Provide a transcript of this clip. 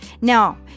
Now